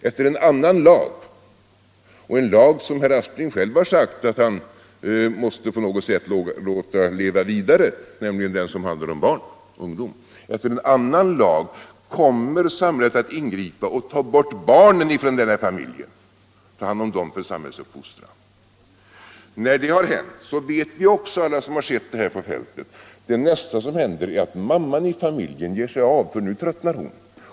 Enligt en annan lag - en lag om vilken herr Aspling själv har sagt att han på något sätt måste låta den leva vidare, nämligen den som handlar om ungdom - kommer samhället att ingripa och ta bort barnen från denna familj i och för samhällsuppfostran. Vi alla som har sett de här sakerna på fältet vet att när detta har hänt kommer mamman i familjen att ge sig av. Nu tröttnar hon.